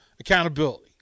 accountability